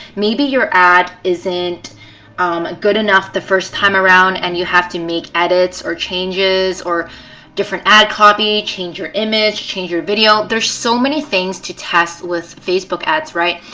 maybe your ad isn't good enough the first time around and you have to make edits or changes or different ad copy, change your image, change your video. there's so many things to test with facebook ads, right?